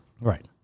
Right